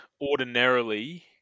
ordinarily